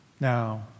Now